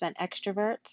extroverts